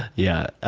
yeah.